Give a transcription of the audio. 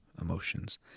emotions